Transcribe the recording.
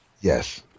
yes